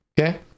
okay